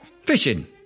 Fishing